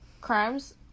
crimes